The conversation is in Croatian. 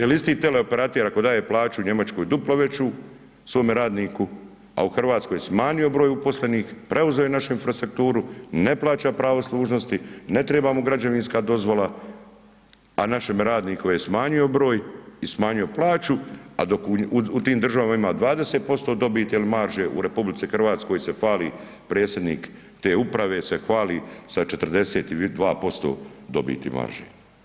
Ili isti teleoperater ako daje plaću u Njemačkoj duplo veću svome radniku a u Hrvatskoj smanjio broj uposlenih, preuzeo je našu infrastrukturu, ne plaća prava služnosti, ne treba mu građevinska dozvola a našem radniku je smanjio broj i smanjio plaću a dok u tim državama ima 20% dobiti ili marže u RH se hvali predsjednik te uprave se hvali sa 42% dobiti marže.